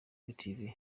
active